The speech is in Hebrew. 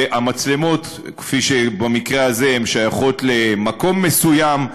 המצלמות, במקרה הזה, שייכות למקום מסוים.